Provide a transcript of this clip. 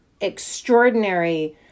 extraordinary